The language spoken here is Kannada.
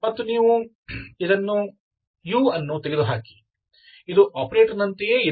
ಮತ್ತು ನೀವು u ಇದನ್ನು ತೆಗೆದುಹಾಕಿ ಇದು ಆಪರೇಟರ್ನಂತೆಯೇ ಇದೆ